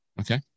Okay